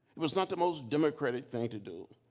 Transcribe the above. it was not the most democratic thing to do.